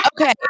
Okay